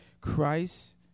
Christ